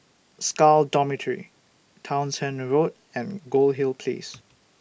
Scal Dormitory Townshend Road and Goldhill Place